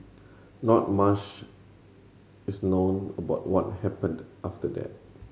not mush is known about what happened after that